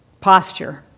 posture